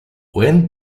when